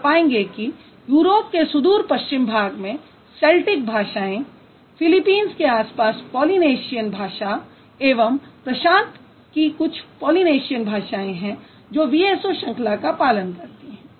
आप पाएंगे कि यूरोप के सुदूर पश्चिम भाग में सेल्टिक भाषा फिलीपींस के आसपास पॉलीनेशियन भाषा एवं प्रशांत पैसिफिक की कुछ पॉलीनेशियन भाषायें हैं जो VSO श्रंखला का पालन करतीं हैं